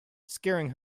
scaring